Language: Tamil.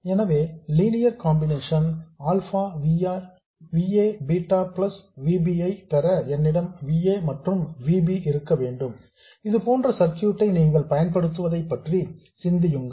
எனவே linear combination alpha V a beta plus V b ஐ பெற என்னிடம் V a மற்றும் V b இருக்க வேண்டும் இதுபோன்ற சர்க்யூட் ஐ நீங்கள் பயன்படுத்துவதைப் பற்றி சிந்தியுங்கள்